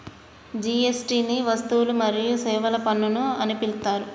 GST ని వస్తువులు మరియు సేవల పన్ను అని పిలుత్తారు